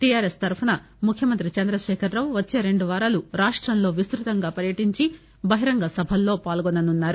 TRS తరపున ముఖ్యమంత్రి చంద్రకేఖర్ రావు వచ్చే రెండువారాలు రాష్టంలో విస్తృతంగా పర్యటించి బహిరంగ సభలలో పాల్గొననున్నారు